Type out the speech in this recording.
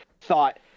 thought